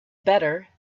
better